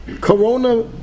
Corona